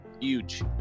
Huge